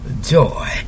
joy